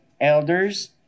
elders